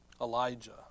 Elijah